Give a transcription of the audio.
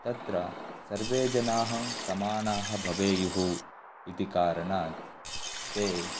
तत्र सर्वे जनाः समानाः भवेयुः इति कारणात् ते